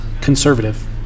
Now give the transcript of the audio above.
conservative